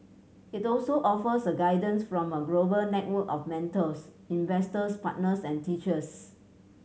it also offers guidance from a global network of mentors investors partners and teachers